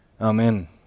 Amen